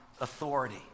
authority